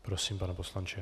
Prosím, pane poslanče.